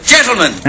Gentlemen